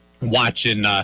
watching –